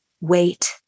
Wait